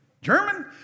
German